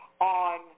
on